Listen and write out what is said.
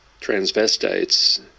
transvestites